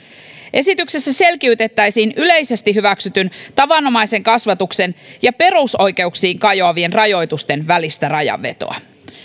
esityksessä selkiytettäisiin yleisesti hyväksytyn tavanomaisen kasvatuksen ja perusoikeuksiin kajoavien rajoitusten välistä rajanvetoa